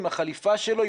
עם החליפה שלו,